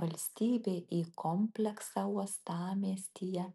valstybė į kompleksą uostamiestyje